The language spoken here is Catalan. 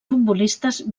futbolistes